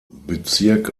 bezirk